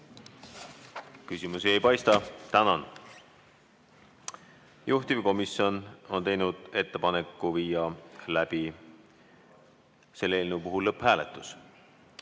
Küsimusi ei paista. Tänan! Juhtivkomisjon on teinud ettepaneku viia läbi selle eelnõu lõpphääletus.